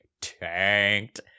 tanked